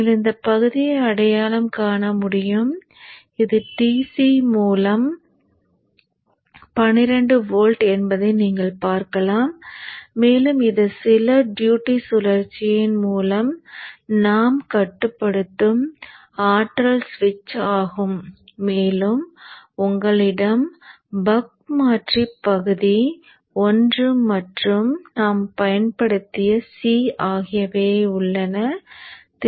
நீங்கள் இந்தப் பகுதியை அடையாளம் காண முடியும் இது DC மூல 12 வோல்ட் என்பதை நீங்கள் பார்க்கலாம் மேலும் இது சில டியூட்டி சுழற்சியின் மூலம் நாம் கட்டுப்படுத்தும் ஆற்றல் ஸ்விட்ச் ஆகும் மேலும் உங்களிடம் பக் மாற்றி பகுதி l மற்றும் நாம் பயன்படுத்திய C ஆகியவை உள்ளன